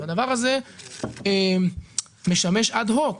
והדבר הזה משמש אד-הוק,